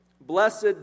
Blessed